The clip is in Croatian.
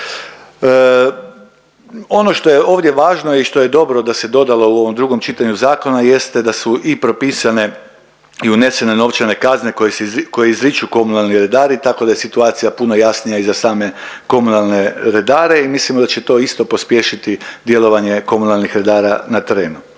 Ono što je ovdje važno i što je dobro da se dodalo u ovom drugom čitanju zakona jeste da su i propisane i unesene novčane kazne koje izriču komunalni redari tako da je situacija puno jasnija i za same komunalne redare i mislimo da će to isto pospješiti djelovanje komunalnih redara na terenu.